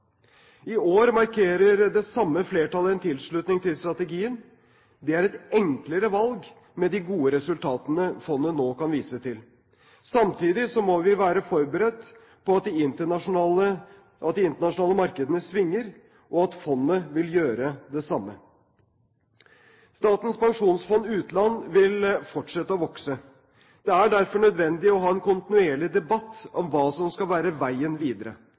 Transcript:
I år markerer det samme flertallet en tilslutning til strategien. Det er et enklere valg med de gode resultatene fondet nå kan vise til. Samtidig må vi være forberedt på at de internasjonale markedene svinger, og at fondet vil gjøre det samme. Statens pensjonsfond utland vil fortsette å vokse. Det er derfor nødvendig å ha en kontinuerlig debatt om hva som skal være veien videre.